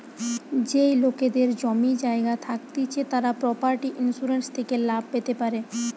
যেই লোকেদের জমি জায়গা থাকতিছে তারা প্রপার্টি ইন্সুরেন্স থেকে লাভ পেতে পারে